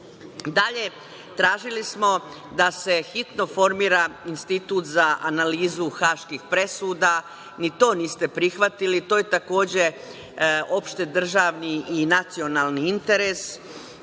dan. Dalje, tražili smo da se hitno formira Institut za analizu haških presuda. Ni to niste prihvatili. To je takođe opšte državni i nacionalni interes